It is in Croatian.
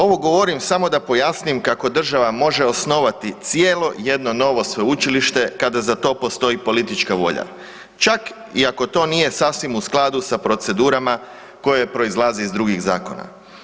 Ovo govorim samo da pojasnim kako država može osnovati cijelo jedno novo sveučilište kada za to postoji politička volja čak i ako to nije sasvim u skladu s procedurama koje proizlaze iz drugih zakona.